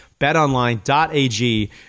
BetOnline.ag